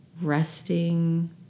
resting